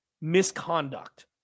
misconduct